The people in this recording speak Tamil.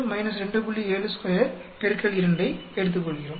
72 X 2 ஐ எடுத்துக்கொள்கிறோம்